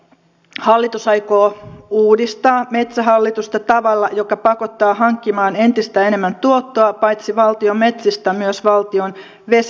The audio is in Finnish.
hallitus aikoo uudistaa metsähallitusta tavalla joka pakottaa hankkimaan entistä enemmän tuottoa paitsi valtion metsistä myös valtion vesialueilta